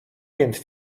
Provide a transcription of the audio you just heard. więc